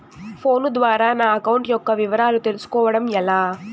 Phone ద్వారా నా account యొక్క వివరాలు తెలుస్కోవడం ఎలా?